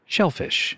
Shellfish